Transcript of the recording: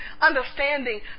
Understanding